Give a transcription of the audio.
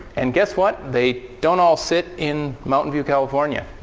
and guess what? they don't all sit in mountain view, california.